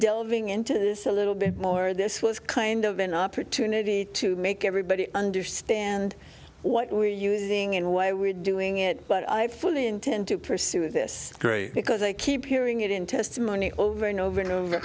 delving into this a little bit more this was kind of an opportunity to make everybody understand what we are using and why we're doing it but i fully intend to pursue this great because i keep hearing it in testimony over and over and